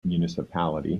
municipality